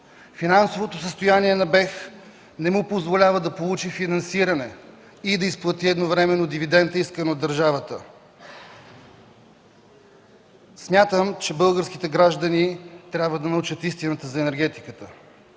енергиен холдинг не му позволява да получи финансиране и да изплати едновременно дивидента, искан от държавата. Смятам, че българските граждани трябва да научат истината за енергетиката.